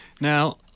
Now